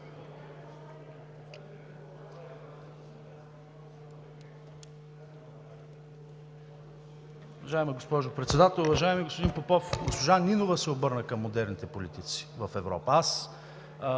Уважаема госпожо Председател! Уважаеми господин Попов, госпожа Нинова се обърна към модерните политици в Европа.